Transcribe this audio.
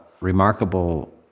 remarkable